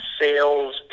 sales